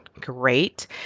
great